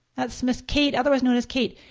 that's miss kate, otherwise known as kate.